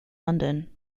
london